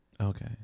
Okay